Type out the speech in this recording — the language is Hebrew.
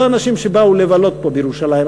לא אנשים שבאו לבלות פה בירושלים,